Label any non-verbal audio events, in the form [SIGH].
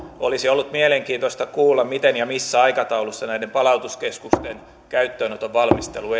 olisi ollut mielenkiintoista kuulla miten ja missä aikataulussa näiden palautuskeskusten käyttöönoton valmistelu [UNINTELLIGIBLE]